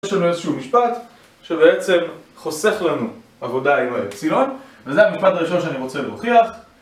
יש לנו איזשהו משפט, שבעצם חוסך לנו עבודה עם האפסילון, וזה המשפט הראשון שאני רוצה להוכיח